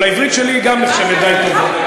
אבל העברית שלי גם נחשבת די טובה,